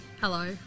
Hello